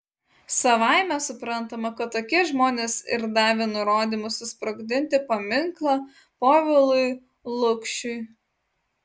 savaime suprantama kad tokie žmonės ir davė nurodymą susprogdinti paminklą povilui lukšiui